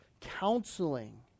counseling